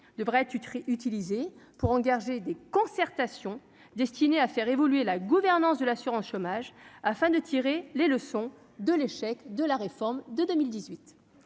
devrait Utri pour engager des concertations destinée à faire évoluer la gouvernance de l'assurance chômage, afin de tirer les leçons de l'échec de la réforme de 2018